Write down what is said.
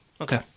okay